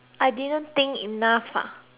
enough ah